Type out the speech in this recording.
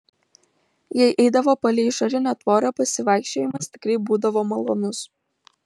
jei eidavo palei išorinę tvorą pasivaikščiojimas tikrai būdavo malonus